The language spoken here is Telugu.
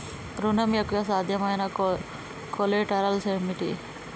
ఋణం యొక్క సాధ్యమైన కొలేటరల్స్ ఏమిటి?